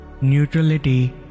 Neutrality